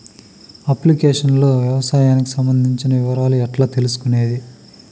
Application లో వ్యవసాయానికి సంబంధించిన వివరాలు ఎట్లా తెలుసుకొనేది?